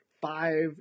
five